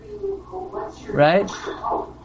right